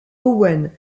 owen